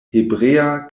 hebrea